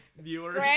viewers